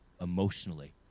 emotionally